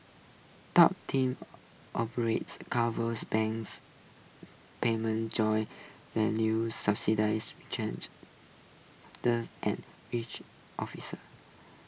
top team operations covers banks payment joint ventures subsidiaries rechange the and rich officers